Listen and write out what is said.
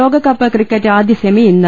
ലോകകപ്പ് ക്രിക്കറ്റ് ആദ്യ സെമി ഇന്ന്